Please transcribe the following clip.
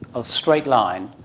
a straight line,